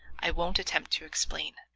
i won't attempt to explain.